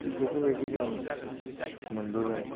थिक बेफोरबायदि जों मोनबोबाय